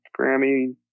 Grammy